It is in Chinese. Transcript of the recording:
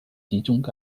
集中